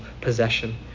possession